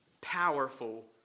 Powerful